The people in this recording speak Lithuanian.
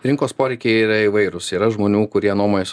rinkos poreikiai yra įvairūs yra žmonių kurie nuomojasi